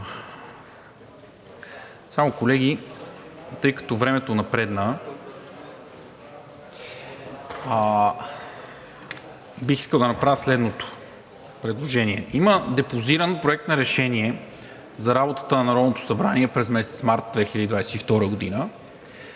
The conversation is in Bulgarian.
Колеги, тъй като времето напредна, бих искал да направя следното предложение: има депозиран Проект на решение за работата на Народното събрание през месец март 2022 г.